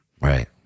Right